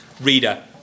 reader